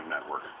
network